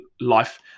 life